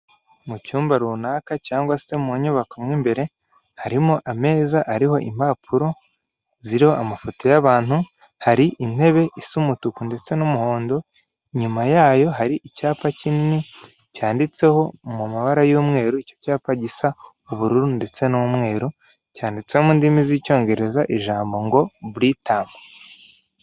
Mu cyumba runaka cyangwa se mu nyubako mo imbere, harimo ameza hariho impapuro ziriho amafoto y'abantu, hari intebe isa umutuku ndetse n'umuhondo, inyuma yayo hari icyapa kinini cyanditseho mu mabara y'umweru, icyo cyapa gisa ubururu ndetse n'umweru, cyanditseho mu ndimi z'icyongereza ijambo ngo buritamu.